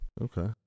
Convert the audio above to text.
Okay